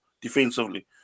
defensively